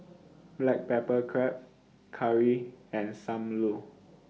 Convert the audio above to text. Black Pepper Crab Curry and SAM Lau